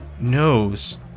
knows